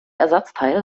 ersatzteil